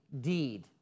deed